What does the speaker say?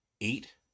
eight